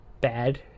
bad